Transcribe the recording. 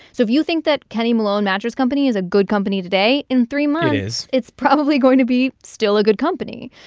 so if you think that kenny malone mattress company is a good company today, in three months. it is. it's probably going to be still a good company.